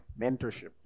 mentorship